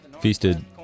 feasted